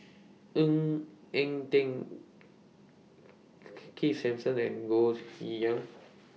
Ng Eng Teng Keith Simmons and Goh Yihan